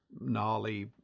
gnarly